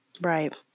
Right